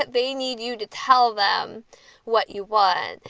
they need you to tell them what you want.